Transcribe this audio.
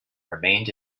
remained